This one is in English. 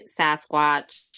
Sasquatch